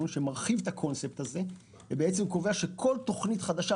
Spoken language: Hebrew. שמרחיב את הקונספט הזה וקובע שכל תוכנית חדשה,